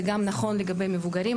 זה גם נכון לגבי מבוגרים,